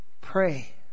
pray